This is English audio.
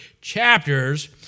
chapters